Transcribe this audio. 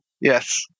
Yes